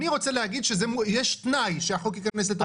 אני רוצה להגיד שיש תנאי שהחוק ייכנס לתוקף,